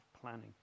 planning